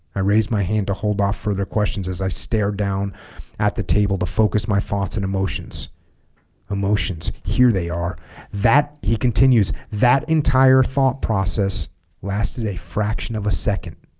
i raised my hand to hold off further questions as i stared down at the table to focus my thoughts and emotions emotions here they are that he continues that entire thought process lasted a fraction of a second